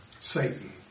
Satan